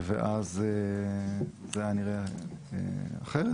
ואז זה היה נראה אחרת,